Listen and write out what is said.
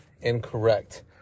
incorrect